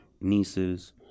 nieces